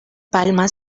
palma